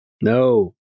no